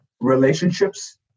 relationships